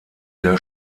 der